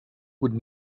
would